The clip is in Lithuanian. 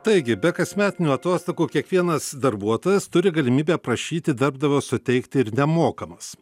taigi be kasmetinių atostogų kiekvienas darbuotojas turi galimybę prašyti darbdavio suteikti ir nemokamas